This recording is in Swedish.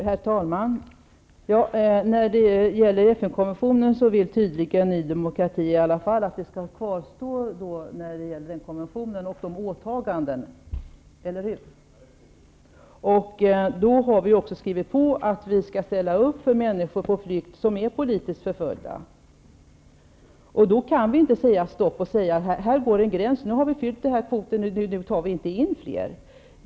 Herr talman! När det gäller FN-konventionen vill tydligen Ny demokrati i alla fall att vi skall kvarstå som undertecknare och acceptera de åtagandena, eller hur? Då har vi också skrivit på att vi skall ställa upp för människor på flykt, som är politiskt förföljda. Då kan vi inte säga: stopp, här går en gräns. Nu har vi fyllt kvoten, nu tar vi inte in fler.